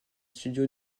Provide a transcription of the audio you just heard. studios